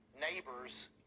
neighbors